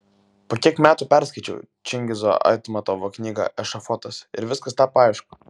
po kiek metų perskaičiau čingizo aitmatovo knygą ešafotas ir viskas tapo aišku